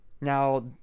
now